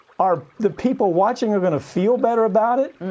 are the people watching are going to feel better about it?